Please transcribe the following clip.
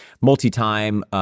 multi-time